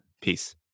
Peace